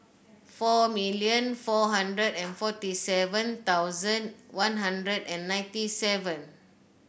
four million four hundred and forty seven thousand One Hundred and ninety seven